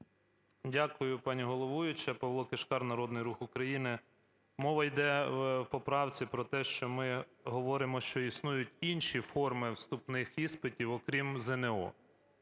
Дякую пані головуюча! Павло Кишкар, Народний Рух України. Мова йде в поправці про те, що ми говоримо, що існують інші форми вступних іспитів окрім ЗНО.